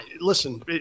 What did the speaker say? listen